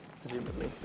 presumably